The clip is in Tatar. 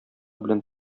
белән